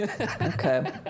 Okay